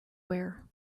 wear